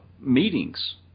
meetings